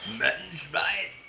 meant by